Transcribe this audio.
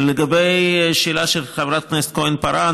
לגבי השאלה של חברת הכנסת כהן-פארן,